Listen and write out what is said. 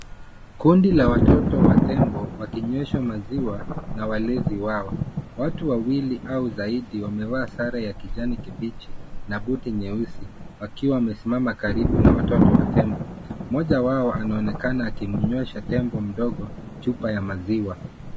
Kundi la watoto wa tembo wakinyeshwa maziwa na walinzi wao. Watu wawili au zaidi wamevaa sare ya rangi kijani kibichi na buti nyeusi wakiwa wamesimama karibu na watoto wa tembo. Mmoja wao anaonekana akimnywesha tembo mdogo chupa ya maziwa.